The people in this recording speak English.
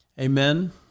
Amen